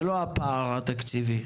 זה לא הפער התקציבי.